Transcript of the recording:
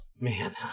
Man